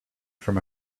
from